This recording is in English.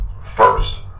First